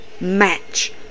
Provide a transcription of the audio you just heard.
match